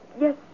yes